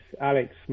Alex